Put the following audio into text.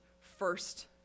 first